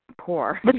poor